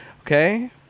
Okay